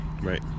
Right